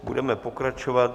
Budeme pokračovat.